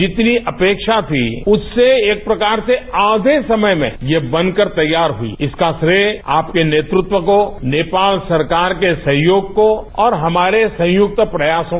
जितनी अपेक्षा थी उससे एक प्रकार से आधे समय में यह बनकर तैयार हुई इसका श्रेय आपके नेतृत्व ं को नेपाल सरकार के सहयोग को और हमारे संयुक्त प्रयासों को